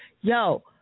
Yo